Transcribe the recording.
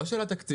לא של התקציב.